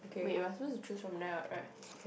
wait we're supposed to choose from there what right